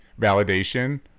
validation